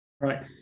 Right